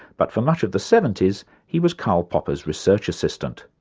but for much of the seventies, he was karl popper's research assistant.